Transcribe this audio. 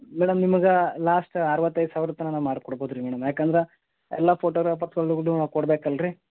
madam ನಿಮಗೆ last ಅರವತ್ತೈದು ಸಾವಿರ ತನಕ ನಾನು ಮಾಡ್ಕೋಡ್ಬೋದು ರೀ ಮೇಡಮ್ ಯಾಕಂದ್ರೆ ಎಲ್ಲ ಫೋಟೋಗ್ರಾಫರ್ಸ್ಗಳ್ಗೂ ನಾವು ಕೊಡ್ಬೇಕಲ್ಲರಿ